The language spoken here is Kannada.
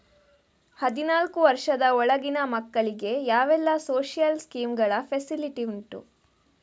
ಹದಿನಾಲ್ಕು ವರ್ಷದ ಒಳಗಿನ ಮಕ್ಕಳಿಗೆ ಯಾವೆಲ್ಲ ಸೋಶಿಯಲ್ ಸ್ಕೀಂಗಳ ಫೆಸಿಲಿಟಿ ಉಂಟು?